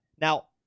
now